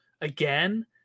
again